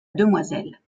demoiselle